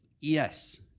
yes